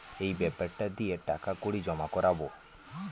এই বেপারটা দিয়ে টাকা কড়ি জমা করাবো